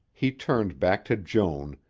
he turned back to joan,